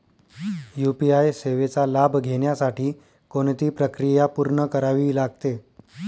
UPI सेवेचा लाभ घेण्यासाठी कोणती प्रक्रिया पूर्ण करावी लागते?